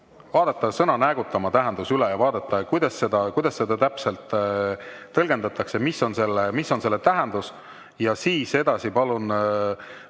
vaadata sõna "näägutama" tähendus üle, vaadata, kuidas seda täpselt tõlgendatakse, mis on selle tähendus. Edasi palun